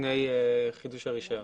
לפני חידוש הרישיון.